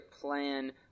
plan